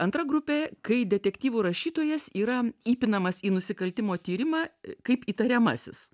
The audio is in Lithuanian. antra grupė kai detektyvų rašytojas yra įpinamas į nusikaltimo tyrimą kaip įtariamasis